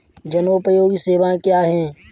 जनोपयोगी सेवाएँ क्या हैं?